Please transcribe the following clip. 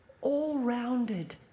all-rounded